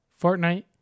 Fortnite